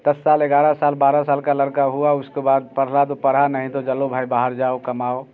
दस साल ग्यारह साल बारह साल का लड़का हुआ उसके बाद पढ़ा तो पढ़ा नहीं तो चलो भाई बाहर जाओ कमाओ